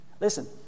Listen